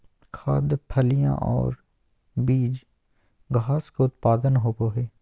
खाद्य, फलियां और बीज घास के उत्पाद होबो हइ